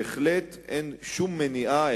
בהחלט אין שום מניעה,